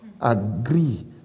agree